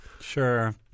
Sure